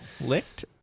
Licked